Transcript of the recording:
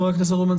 חבר הכנסת רוטמן,